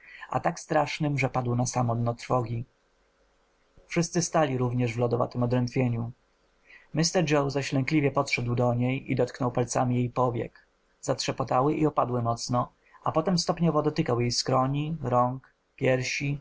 a tak strasznym iż padł na samo dno trwogi wszyscy stali również w lodowatem odrętwieniu mr joe zaś lękliwie podszedł do niej i dotknął palcami jej powiek zatrzepotały i opadły mocno a potem stopniowo dotykał jej skroni rąk piersi